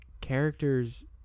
characters